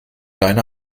deine